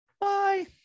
Bye